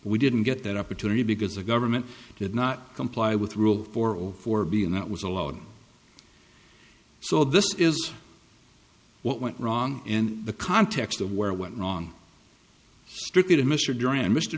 we didn't get that opportunity because the government did not comply with rule for for being that was allowed so this is what went wrong and the context of where it went wrong strictly to mr dura